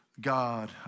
God